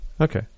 Okay